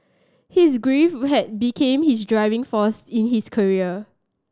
his grief had become his driving force in his career